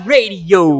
Radio